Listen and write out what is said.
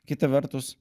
kita vertus